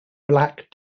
black